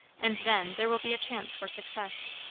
and then there will be a chance for success.